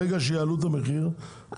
ברגע שיעלו את המחיר,